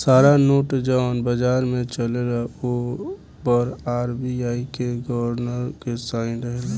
सारा नोट जवन बाजार में चलेला ओ पर आर.बी.आई के गवर्नर के साइन रहेला